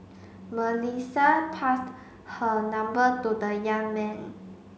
Melissa passed her number to the young man